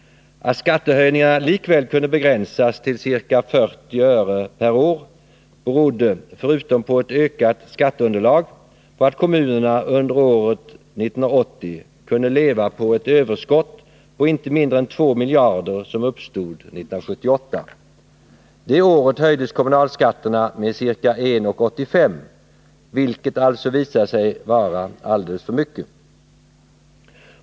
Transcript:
Att skattehöjningarna likväl kunde begränsas till ca 40 öre per år berodde, förutom på ett ökat skatteunderlag, på att kommunerna under 1980 kunde leva på ett överskott på inte mindre 2 miljarder som uppstod 1978. Det året höjdes kommunalskatterna med ca 1:85, vilket alltså visade sig vara alldeles för mycket.